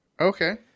Okay